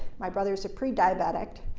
my brother's a prediabetic.